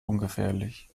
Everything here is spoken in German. ungefährlich